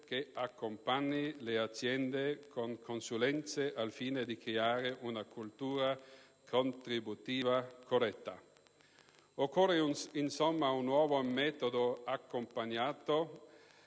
che accompagni le aziende con consulenze al fine di creare una cultura contributiva corretta. Occorre, insomma, un nuovo metodo accompagnato